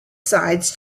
sides